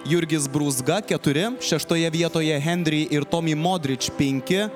jurgis brūzga keturi šeštoje vietoje henri ir tomi modrič penki